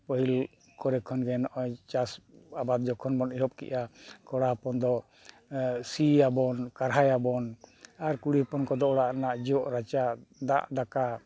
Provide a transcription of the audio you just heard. ᱯᱟᱹᱦᱤᱞ ᱠᱚᱮ ᱠᱷᱚᱱ ᱜᱮ ᱱᱚᱜᱼᱚᱸᱭ ᱪᱟᱥ ᱟᱵᱟᱫ ᱡᱚᱠᱷᱚᱱ ᱵᱚᱱ ᱮᱦᱚᱵ ᱠᱮᱜᱼᱟ ᱠᱚᱲᱟ ᱦᱚᱯᱚᱱ ᱫᱚ ᱥᱤᱭᱟᱵᱚᱱ ᱠᱟᱨᱦᱟᱭᱟᱵᱚᱱ ᱟᱨ ᱠᱩᱲᱤ ᱦᱚᱯᱚᱱ ᱠᱚᱫᱚ ᱚᱲᱟᱜ ᱨᱮᱱᱟᱜ ᱡᱚᱜ ᱨᱟᱪᱟ ᱫᱟᱜ ᱫᱟᱠᱟ